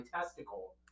testicle